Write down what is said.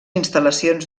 instal·lacions